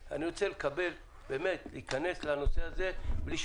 אלא אני רוצה להיכנס לנושא הזה ולשמוע.